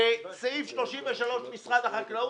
סעיף 33 במשרד החקלאות.